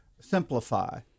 simplify